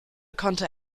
konnte